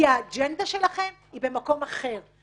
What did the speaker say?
כי האג'נדה שלכם היא במקום אחר.